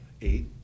Eight